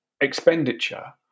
expenditure